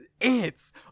Ants